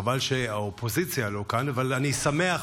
חבל שהאופוזיציה לא כאן, אבל אני שמח.